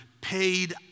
paid